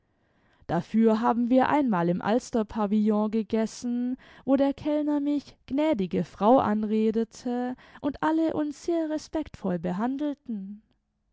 dafür haben wir einmal im alsterpavillon gegessen wo der kellner mich gnädige frau anredete imd alle uns sehr respektvoll behandelten